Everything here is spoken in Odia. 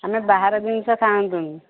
ଆମେ ବାହାର ଜିନିଷ ଖାଆନ୍ତିନି